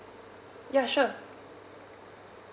ya sure